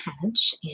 hedge